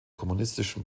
kommunistischen